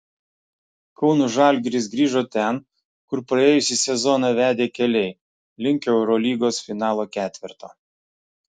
kauno žalgiris grįžo ten kur praėjusį sezoną vedė keliai link eurolygos finalo ketverto